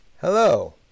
Hello